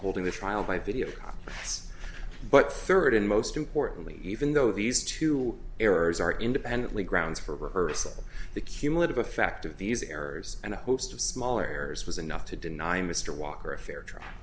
holding the trial by video but third and most importantly even though these two errors are independently grounds for reversal the cumulative effect of these errors and a host of smaller errors was enough to deny mr walker a fair trial